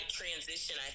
transition